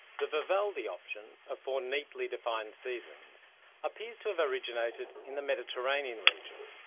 the vivaldi option of four neatly defined seasons appears to have originated in the mediterranean region,